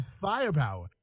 firepower